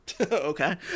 Okay